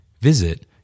Visit